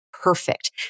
Perfect